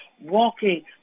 walking